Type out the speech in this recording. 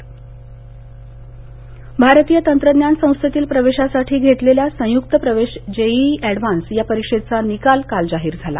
JEE advance भारतीय तंत्रज्ञान संस्थेतील प्रवेशासाठी घेतलेल्या संयुक्त प्रवेश जेईई अँडवान्स या परीक्षेचा निकाल काल जाहीर झाला